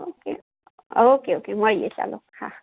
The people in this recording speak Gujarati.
ઓકે ઓકે ઓકે મળીએ ચાલો હા